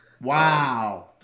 Wow